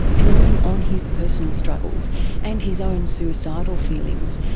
drawing on his personal struggles and his own suicidal feelings,